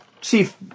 chief